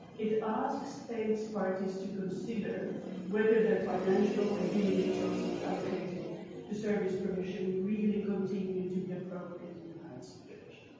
it asks state parties to consider whether the financial and human resources allocated to serve this provision really continue to be appropriate in the current situation.